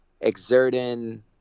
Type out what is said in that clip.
exerting